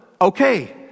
okay